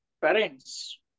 parents